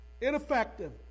ineffective